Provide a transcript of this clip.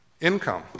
Income